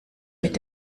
mit